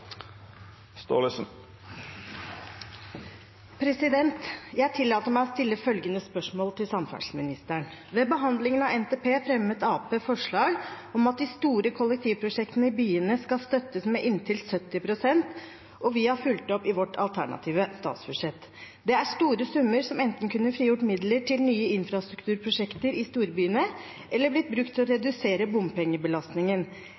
de store kollektivprosjektene i byene skal støttes med inntil 70 pst., og vi har fulgt opp i vårt alternative statsbudsjett. Det er store summer som enten kunne frigjort midler til nye infrastrukturprosjekter i storbyene eller blitt brukt til å